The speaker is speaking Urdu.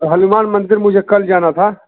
ہنومان مندر مجھے کل جانا تھا